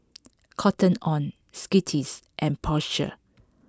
Cotton on Skittles and Porsche